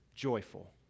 Joyful